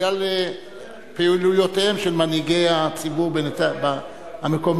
בגלל פעילויותיהם של מנהיגי הציבור המקומיים.